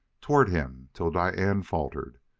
toward him till diane faltered.